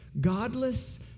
godless